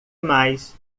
mais